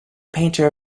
painter